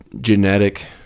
genetic